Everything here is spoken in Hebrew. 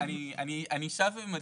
אני שב ומדגיש,